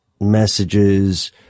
messages